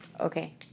okay